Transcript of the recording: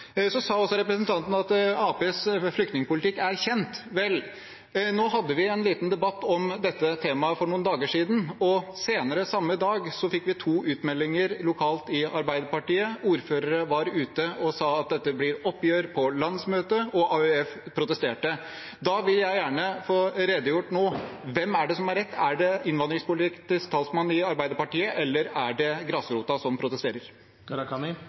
sa også at Arbeiderpartiets flyktningpolitikk er kjent. Vel, vi hadde en liten debatt om dette temaet for noen dager siden, og senere samme dag fikk vi to utmeldinger lokalt i Arbeiderpartiet. Ordførere var ute og sa at det blir oppgjør om dette på landsmøtet, og AUF protesterte. Da vil jeg gjerne få klargjort nå hvem som har rett: Er det innvandringspolitisk talsmann i Arbeiderpartiet eller er det grasrota, som